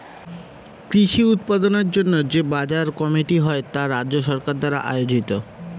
কৃষি উৎপাদনের জন্য যে বাজার কমিটি হয় তা রাজ্য সরকার দ্বারা আয়োজিত